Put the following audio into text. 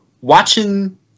watching